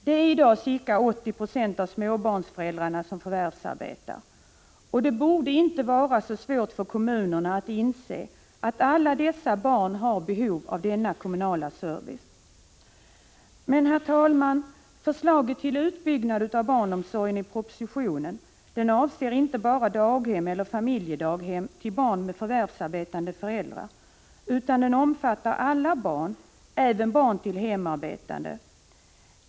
Det är i dag ca 80 90 av småbarnsföräldrarna som förvärvsarbetar, och det borde inte vara så svårt för kommunerna att inse att alla dessa barn har behov av denna kommunala service. Men, herr talman, förslaget i propositionen till utbyggnad av barnomsorgen avser inte bara daghem eller familjedaghem till barn med förvärvsarbetande föräldrar utan omfattar alla barn, även barn till hemarbetande.